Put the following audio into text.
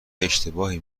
اشتباهی